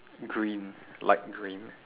green light green